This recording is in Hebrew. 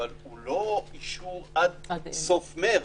אבל הוא לא אישור עד סוף מרס,